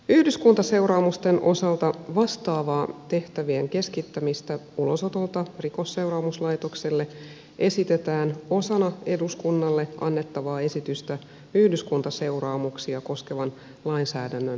yhdyskuntaseuraamusten osalta vastaavaa tehtävien keskittämistä ulosotolta rikosseuraamuslaitokselle esitetään osana eduskunnalle annettavaa esitystä yhdyskuntaseuraamuksia koskevan lainsäädännön kokonaisuudistukseksi